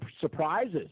surprises